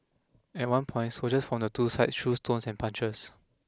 at one point soldiers from the two sides threw stones and punches